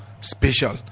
special